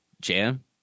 jam